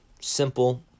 simple